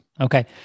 Okay